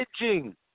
edging